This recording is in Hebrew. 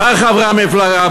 שאר חברי המפלגה,